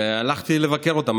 והלכתי לבקר אותם,